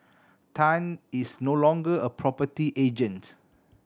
tan is no longer a property agent